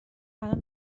الان